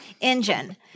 engine